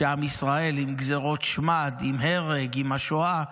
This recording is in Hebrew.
שעם ישראל עם גזרות שמד, עם הרג, עם השואה,